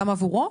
גם עבורו?